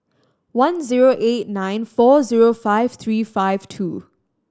one zero eight nine four zero five three five two